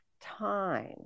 time